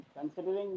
Considering